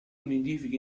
nidifica